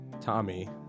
Tommy